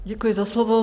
Děkuji za slovo.